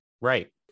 Right